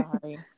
sorry